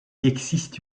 existe